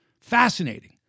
fascinating